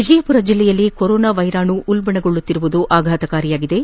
ವಿಜಯಪುರ ಜಿಲ್ಲೆಯಲ್ಲಿ ಕೊರೊನಾ ವೈರಾಣು ಉಲ್ಪಣಗೊಳ್ಳುತ್ತಿರುವುದು ಆಘಾತಕಾರಿಯಾಗಿದ್ದು